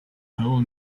whole